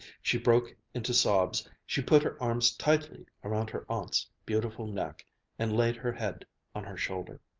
she broke into sobs. she put her arms tightly around her aunt's beautiful neck and laid her head on her shoulder,